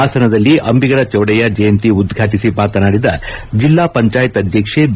ಹಾಸನದಲ್ಲಿ ಅಂಬಿಗರ ಚೌಡಯ್ನ ಜಯಂತಿ ಉದ್ವಾಟಿಸಿ ಮಾತನಾಡಿದ ಜಿಲ್ಲಾ ಪಂಚಾಯತ್ ಅಧ್ಯಕ್ಷೆ ಬಿ